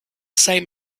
same